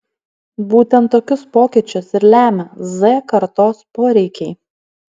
būtent tokius pokyčius ir lemia z kartos poreikiai